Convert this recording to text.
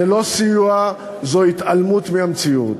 זה לא סיוע, זאת התעלמות מהמציאות.